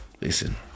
listen